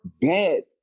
bad